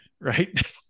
right